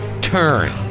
turn